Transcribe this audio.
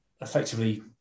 effectively